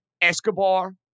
Escobar